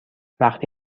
وقتی